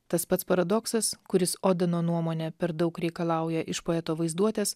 tas pats paradoksas kuris odino nuomone per daug reikalauja iš poeto vaizduotės